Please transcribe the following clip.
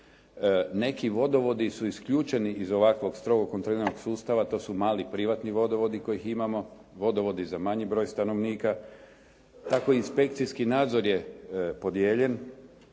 Neki vodovodi su isključeni iz ovakvog strogo kontroliranog sustava, to su mali privatni vodovodi kojih imamo, vodovodi za manji broj stanovnika. Tako i inspekcijski nadzor je podijeljen